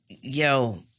yo